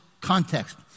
context